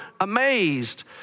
amazed